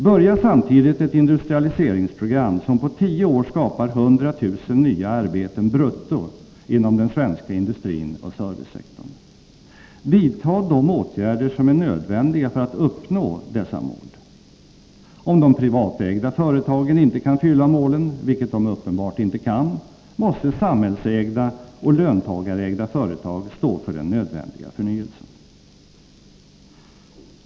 Börja samtidigt ett industrialiseringsprogram som på tio år skapar 100 000 nya arbeten brutto inom den svenska industrin och servicesektorn. Vidtag de åtgärder som är nödvändiga för att uppnå dessa mål. Om de privatägda företagen inte kan fylla målen — vilket de uppenbarligen inte kan — måste samhällsägda och löntagarägda företag stå för den nödvändiga förnyelsen.